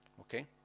Okay